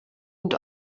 und